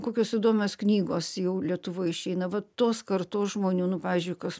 kokios įdomios knygos jau lietuvoj išeina va tos kartos žmonių nu pavyzdžiui kas